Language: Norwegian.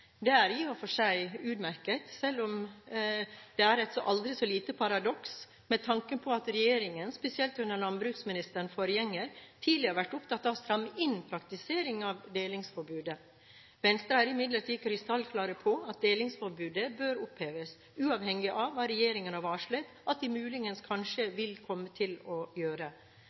Det er i og for seg utmerket, selv om det er et aldri så lite paradoks med tanke på at regjeringen – spesielt under landbruksministerens forgjenger – tidligere har vært opptatt av å stramme inn praktiseringen av delingsforbudet. Venstre er imidlertid krystallklar på at delingsforbudet bør oppheves, uavhengig av hva regjeringen har varslet at den muligens vil komme til å gjøre.